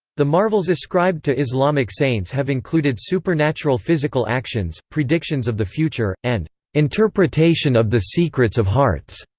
the marvels ascribed to islamic saints have included supernatural physical actions, predictions of the future, and interpretation of the secrets of hearts.